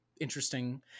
interesting